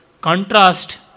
contrast